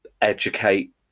educate